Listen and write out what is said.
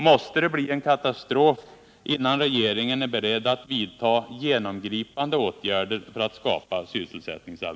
Måste det bli en katastrof innan regeringen ”är beredd att vidta genomgripande åtgärder för att skapa sysselsättningsal